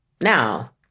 Now